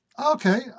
Okay